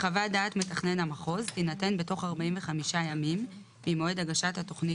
חוות דעת מתכנן המחוז תינתן בתוך 45 ימים ממועד הגשת התוכנית